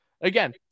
Again